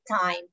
time